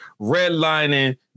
redlining